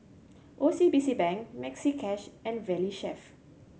O C B C Bank Maxi Cash and Valley Chef